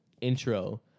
intro